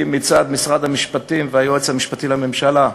מצד משרד המשפטים והיועץ המשפטי לממשלה,